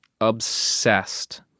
obsessed